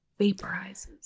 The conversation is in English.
vaporizes